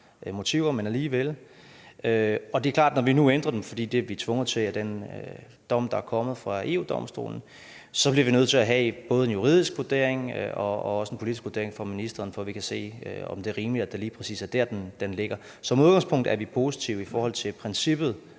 motiver, men alligevel. Det er klart, at når vi nu ændrer dem, for det er vi tvunget til af den dom, der er kommet fra EU-Domstolen, bliver vi nødt til at have både en juridisk vurdering og også en politisk vurdering fra ministerens side, så vi kan se, om det er rimeligt, at det er lige præcis der, den ligger. Som udgangspunkt er vi positive i forhold til princippet